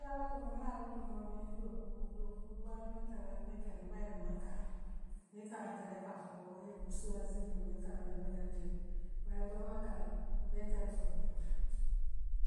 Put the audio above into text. waatookono min yaaloŋ tuma ňiŋ dookuu dookuu baa le man tara fenke duŋ bare maŋ karaŋ niŋ i karantale ikaafo koo yee muŋ suaassiir muŋ nii karanta nko ňaal tee bar ntool maan karaŋ mee ta doroŋ poor.